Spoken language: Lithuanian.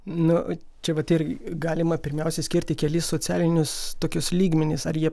nu čia vat irgi galima pirmiausia skirti kelis socialinius tokius lygmenis ar jie